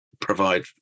provide